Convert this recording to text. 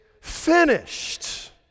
finished